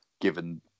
given